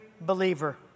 believer